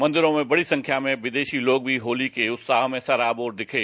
मंदिरों में बड़ी संख्या में विदेशी लोग भी होली के उत्साह में सराबोर दिखे